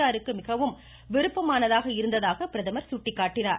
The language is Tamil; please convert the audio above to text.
ஆருக்கு மிகவும் விருப்பமானதாக இருந்ததாக பிரதமர் சுட்டிக்காட்டினார்